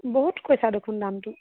বহুত কৈছা দেখোন দামটো